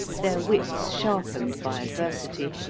their wits sharpened by adversity,